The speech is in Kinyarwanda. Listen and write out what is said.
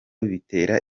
bitera